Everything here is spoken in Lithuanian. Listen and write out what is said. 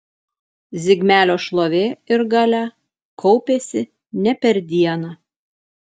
zigmelio šlovė ir galia kaupėsi ne per dieną